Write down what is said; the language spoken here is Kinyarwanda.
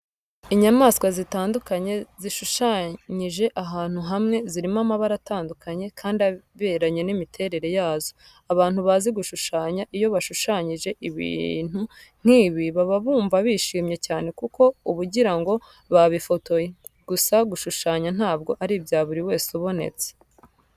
Inyamaswa zitandukanye zishushanyije ahantu hamwe, zirimo amabara atandukanye kandi aberanye n'imiterere yazo. Abantu bazi gushushanya iyo bashushanyije ibintu nk'ibi, baba bumva bishimye cyane kuko uba ugira ngo babifotoye. Gusa gushushanya ntabwo ari ibya buri wese ubonetse.